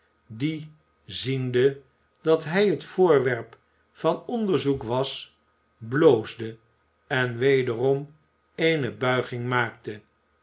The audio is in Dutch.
die ziende dat hij het voorwerp van onderzoek was bloosde en wederom eene buiging maakte